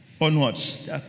onwards